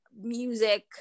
music